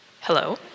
Hello